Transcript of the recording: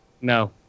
No